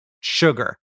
sugar